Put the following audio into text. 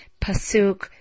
Pasuk